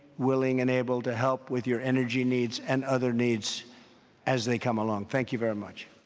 willing, and able to help with your energy needs and other needs as they come along. thank you very much.